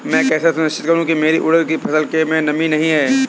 मैं कैसे सुनिश्चित करूँ की मेरी उड़द की फसल में नमी नहीं है?